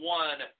one